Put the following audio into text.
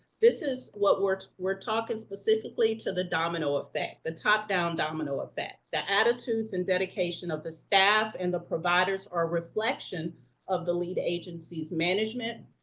this is what works, we're talking specifically to the domino effect. the top-down domino effect, the attitudes and dedication of the staff and the providers are a reflection of the lead agency's management,